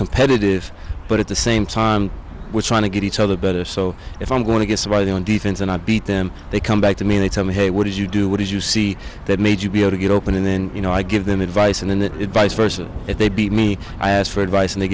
competitive but at the same time we're trying to get each other better so if i'm going to get somebody on defense and i beat them they come back to me in a time hey what did you do what did you see that made you be able to get open and then you know i give them advice and vice versa if they beat me i ask for advice and they